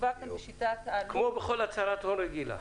מדובר פה בשיטת העלות --- כמו בכל הצהרת הון רגילה.